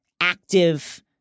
active